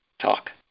talk